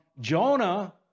Jonah